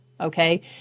okay